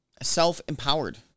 self-empowered